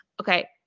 Okay